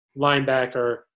linebacker